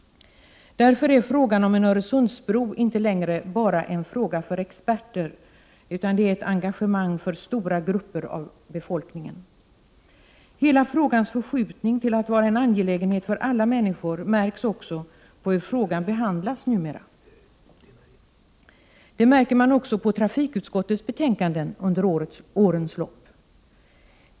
Därför är frågan om en Öresundsbro inte längre bara en fråga för Prot. 1988/89:35 experter — den engagerar stora grupper av befolkningen. 30 november 1988 Hela frågans förskjutning till att vara en angelägenhet för alla människor 3 Gee märks också på hur frågan numera behandlas. Det gäller också trafikutskottets betänkanden under årens lopp.